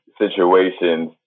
situations